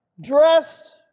dress